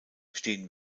stehen